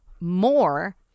more